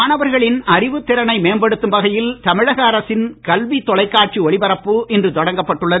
மாணவர்களின் அறிவுத் திறனை மேம்படுத்தும் வகையில் தமிழக அரசின் கல்வி தொலைக்காட்சி ஒளிபரப்பு இன்று தொடங்கப்பட்டது